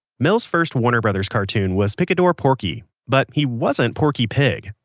mel's first warner brothers cartoon was picador porky. but he wasn't porky pig.